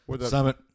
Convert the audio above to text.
Summit